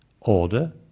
Order